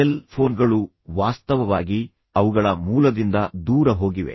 cell ಫೋನ್ಗಳು ವಾಸ್ತವವಾಗಿ ಅವುಗಳ ಮೂಲದಿಂದ ದೂರ ಹೋಗಿವೆ